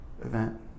event